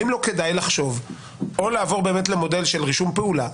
האם לא כדאי לחשוב או לעבור למודל של רישום פעולה?